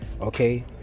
okay